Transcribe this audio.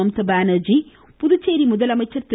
மம்தா பானர்ஜி புதுச்சேரி முதலமைச்சர் திரு